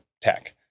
tech